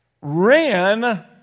ran